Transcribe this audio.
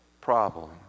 problem